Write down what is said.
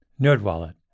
Nerdwallet